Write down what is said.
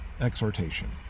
exhortation